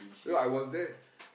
ya I was there